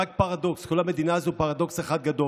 רק פרדוקס, כל המדינה הזו פרדוקס אחד גדול.